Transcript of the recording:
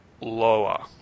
Lower